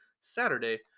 Saturday